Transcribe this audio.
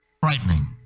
frightening